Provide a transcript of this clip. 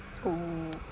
oh